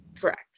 Correct